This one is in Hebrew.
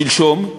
שלשום,